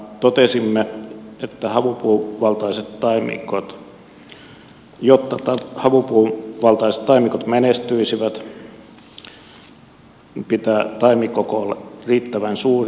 totesimme että jotta havupuuvaltaiset taimikot menestyisivät pitää taimikkokoon olla riittävän suuri